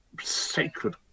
sacred